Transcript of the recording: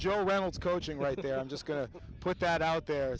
joy reynolds coaching right there i'm just going to put that out there